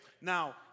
Now